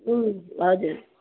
हजुर